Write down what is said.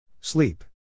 Sleep